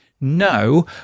no